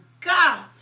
God